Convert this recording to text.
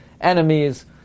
enemies